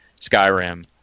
Skyrim